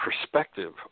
perspective